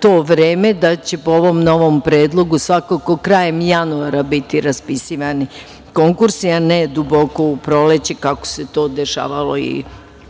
to vreme da će po ovom novom predlogu, svakako krajem januara biti raspisivani konkursi, a ne duboko u proleće, kako se to dešavalo ove